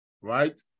right